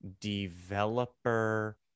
developer